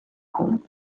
home